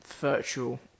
virtual